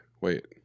Wait